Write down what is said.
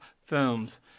Films